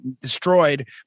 destroyed